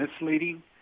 misleading